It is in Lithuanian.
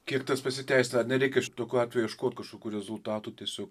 kiek tas pasiteisina ar nereikia šitokiu atveju ieškot kažkokių rezultatų tiesiog